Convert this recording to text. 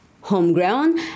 homegrown